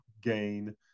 gain